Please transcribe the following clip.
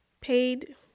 Paid